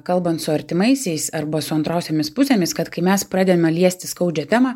kalbant su artimaisiais arba su antrosiomis pusėmis kad kai mes pradedame liesti skaudžią temą